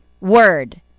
word